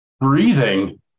breathing